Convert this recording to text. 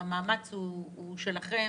המאמץ הוא שלכם